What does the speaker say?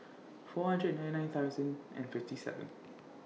four hundred ninety nine thousand and fifty seven